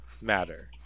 matter